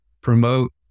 promote